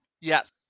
Yes